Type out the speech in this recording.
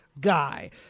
guy